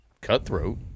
cutthroat